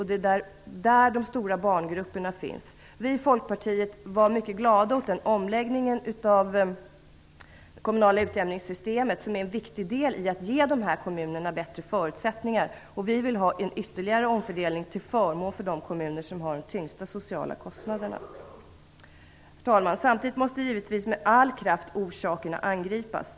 Det är där de stora barngrupperna finns. Vi i Folkpartiet var mycket glada åt omläggningen av det kommunala utjämningssystemet, som är en viktig del i att ge de här kommunerna bättre förutsättningar. Vi vill ha en ytterligare omfördelning till förmån för de kommuner som har de tyngsta sociala kostnaderna. Herr talman! Samtidigt måste givetvis orsakerna angripas med all kraft.